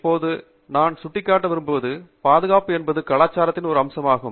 இப்போது நான் சுட்டிக்காட்ட விரும்புவது பாதுகாப்பு என்பது கலாச்சாரத்தின் ஒரு அம்சமாகும்